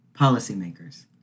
Policymakers